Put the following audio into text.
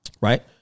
Right